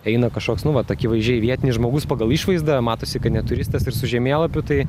eina kažkoks nu vat akivaizdžiai vietinis žmogus pagal išvaizdą matosi kad ne turistas ir su žemėlapiu tai